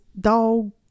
Dog